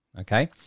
Okay